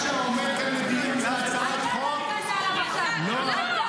מה שעומד כאן לדיון זה הצעת חוק --- אתה --- עליו עכשיו.